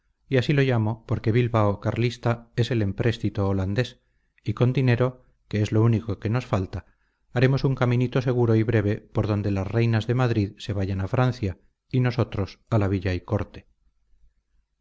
y así lo llamo porque bilbao carlista es el empréstito holandés y con dinero que es lo único que nos falta haremos un caminito seguro y breve por donde las reinas de madrid se vayan a francia y nosotros a la villa y corte